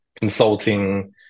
consulting